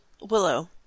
Willow